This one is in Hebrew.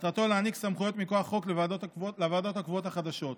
מטרתו להעניק סמכויות מכוח חוק לוועדות הקבועות החדשות.